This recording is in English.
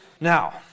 Now